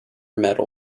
medal